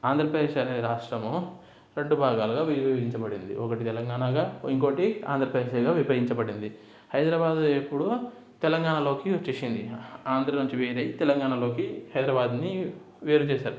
ఆంధ్రప్రదేశ్ అనే రాష్ట్రము రెండు భాగాలుగా విభజించబడింది ఒకటి తెలంగాణగా ఇంకొకటి ఆంధ్రప్రదేశ్గా విభజించబడింది హైదరాబాదు ఎప్పుడో తెలంగాణలోకి వచ్చేసింది ఆంధ్రా నుంచి వేరు అయి తెలంగాణలోకి హైదరాబాద్ని వేరు చేసారు